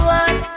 one